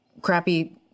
crappy